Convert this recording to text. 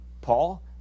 Paul